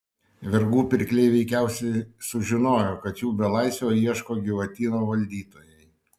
vergų pirkliai veikiausiai sužinojo kad jų belaisvio ieško gyvatyno valdytojai